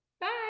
Bye